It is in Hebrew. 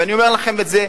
ואני אומר לכם את זה.